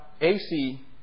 AC